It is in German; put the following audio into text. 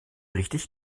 richtig